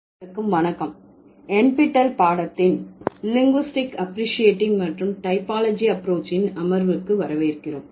அனைவருக்கும் வணக்கம் NPTEL பாடத்தின் லிங்குஸ்டிக்ஸ் அஃபிரேஸிட்டிங் மற்றும் டைப்பாலஜி ஆஃப்ரோச்சின் அமர்வுக்கு வரவேற்கிறோம்